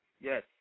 Yes